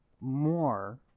more